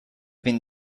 been